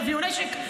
תביאו נשק.